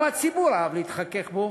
גם הציבור אהב להתחכך בו,